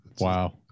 Wow